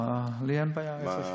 לי אין בעיה איזו.